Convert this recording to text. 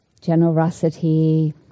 generosity